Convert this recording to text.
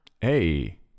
Hey